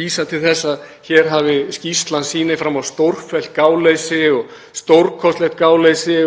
vísað til þess að skýrslan sýni fram á stórfellt gáleysi og stórkostlegt gáleysi